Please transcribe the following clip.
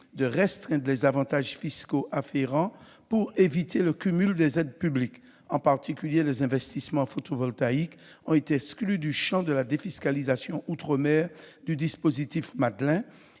de restreindre les avantages fiscaux afférents pour éviter le cumul des aides publiques. En particulier, les investissements dans le photovoltaïque ont été exclus du champ de la défiscalisation outre-mer, du dispositif « Madelin